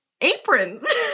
aprons